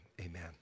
amen